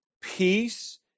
peace